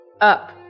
up